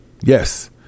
Yes